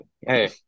hey